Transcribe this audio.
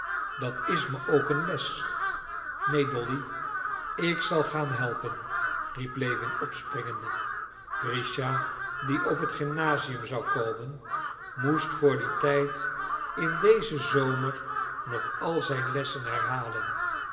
dat is me ook een les neen dolly ik zal gaan riep lewin opspringende grischa die op het gymnasium zou komen moest voor dien tijd in dezen zomer nog al zijn lessen herhalen